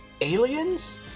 aliens